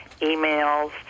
emails